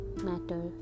matter